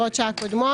בהוראות שעה קודמות.